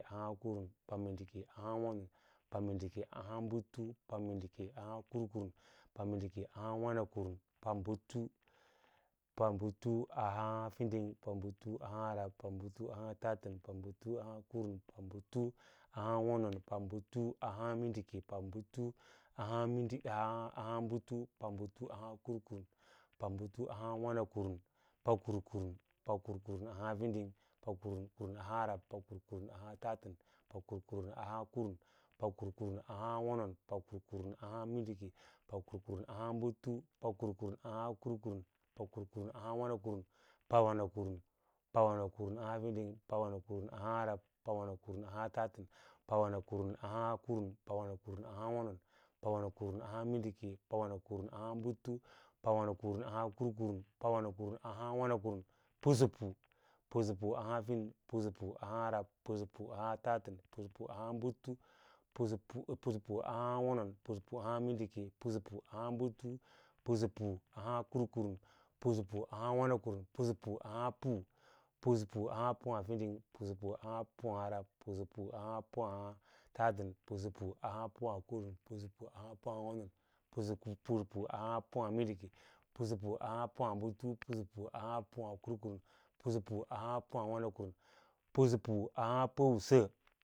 Ahas kuurm, pamindike ahas wonon, pamindike ahas mindike pamindike ahas butun, pamindike ahas kurkurum, pamindike ahas wanakarm, pabuta, pabuta ahas fi, pabuta, pabuta ahas rab, pabuta, pabuta ahas latan, pabuta, pabuta ahas karun, pabuta, pabuta ahas wonon pabuta, pabuta ahas mindike, pabuta, pabuta ahas buta, pabuta, pabuta ahas kurkurm, pabuta, pabuta ahas wanakrm, pakvkrum, pakurkurum ahas fir, pakurkurum ahas rab, pakurkurum ahas tatan, pakurkurum ahaskurm pakurkurum ahas wonon, pakurkurum ahas mindike, pakurkurum ahas pakar kuru, pakurkurum ahas kurukumn pakurkurum ahas wankaran, pawanakirm, pawanakirm ahas fir, pakurkurum ahas rab, pakurkurum ahas tatan, pakurkurum ahas kurm, pakurkurum ahas wonon pakurkurum ahas mindiek pakurkurum ahas butu, pakurkurum ahas kurkurm, pakurkurum ahas wonon, pakurkurum ahas mindike, pakurkurum ahas butu, pakurkurum ahas kurku pakurkurum ahas wanakurm, pusapu, pusapu ahas fir, pusapu ahai rab, pusapu ahai tatan, pusapu ahai kurm, pusapu ahai pusapu, pusapu ahai wonon pusapu ahai kurm, pusapu ahai mindke pusapu ahai butu, pusapu ahai karkurum pusapu ahai womakurm, pusapu ahas pu, pusapu ahai pu pusapu ahai fir pusapu ahas rah, pusapu ahas pu ahai latasn, pusau puanhan pu ahan kurm pusapu pua ahas ahaa wonon pusapu atang wu pw ahaa mindike pusa uka haa pu ahaa butu pusapu has pu ahas kurkurm pusapu nhaa pu ataw ahas wana kurm pusapu ahaa pu puwasa,